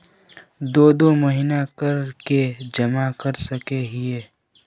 दो दो महीना कर के जमा कर सके हिये?